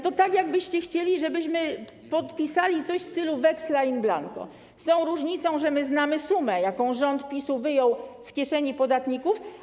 To tak, jakbyście chcieli, żebyśmy podpisali coś w stylu weksla in blanco, z tą różnicą, że my znamy sumę, jaką rząd PiS-u wyjął z kieszeni podatników.